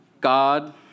God